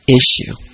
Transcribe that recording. issue